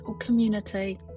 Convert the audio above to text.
community